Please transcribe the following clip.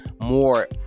more